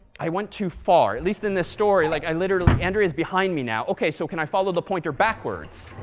i went too far. at least in this story. like, i literally andrea is behind me now. ok. so can i follow the pointer backwards?